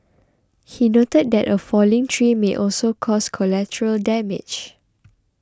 he noted that a falling tree may also cause collateral damage